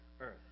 earth